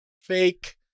fake